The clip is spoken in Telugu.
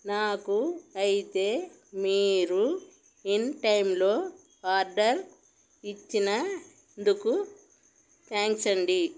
నాకు అయితే మీరు ఇన్టైంలో ఆర్డర్ ఇచ్చినందుకు థ్యాంక్స్ అండి